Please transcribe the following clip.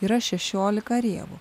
yra šešiolika rėvų